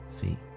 feet